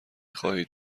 خواهید